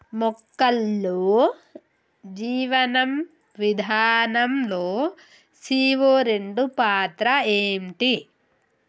మొక్కల్లో జీవనం విధానం లో సీ.ఓ రెండు పాత్ర ఏంటి?